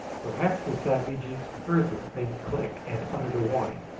perhaps the savages heard the faint click, and uttered a warning,